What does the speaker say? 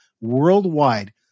worldwide